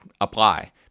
apply